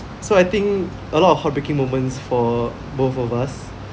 so I think a lot of heartbreaking moments for both of us